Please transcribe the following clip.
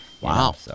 Wow